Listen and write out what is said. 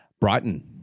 Brighton